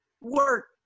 work